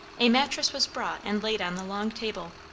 a mattress was brought and laid on the long table,